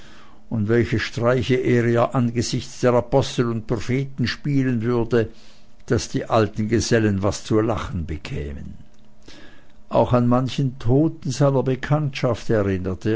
und welche streiche er ihr angesichts der apostel und propheten spielen würde daß die alten gesellen was zu lachen bekämen auch an manchen toten seiner bekanntschaft erinnerte